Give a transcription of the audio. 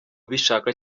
ubishaka